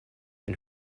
and